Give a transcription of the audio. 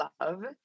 Love